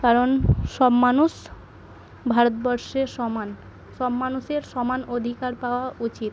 কারণ সব মানুষ ভারতবর্ষে সমান সব মানুষের সমান অধিকার পাওয়া উচিত